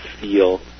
feel